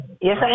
Yes